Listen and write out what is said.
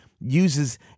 uses